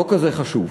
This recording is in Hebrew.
לא כזה חשוב.